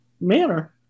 manner